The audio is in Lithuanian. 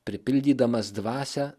pripildydamas dvasią